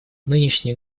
нынешний